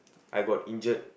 I got injured